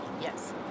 yes